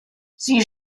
sie